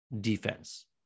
defense